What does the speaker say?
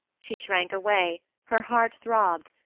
she shrank away, her heart throbbed,